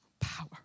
power